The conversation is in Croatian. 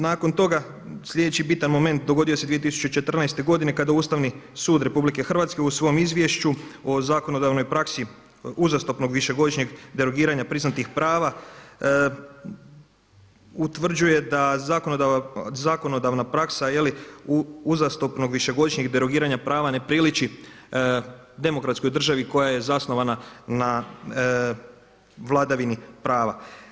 Nakon toga, sljedeći bitan moment dogodio se 2014. godine kada Ustavni sud Republike Hrvatske u svom izvješću o zakonodavnoj praksi uzastopnog višegodišnjeg derogiranja priznatih prava utvrđuje da zakonodavna praksa uzastopnog višegodišnjeg derogiranja prava ne priliči demokratskoj državi koja je zasnovana na vladavini prava.